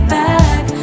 back